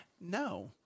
No